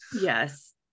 yes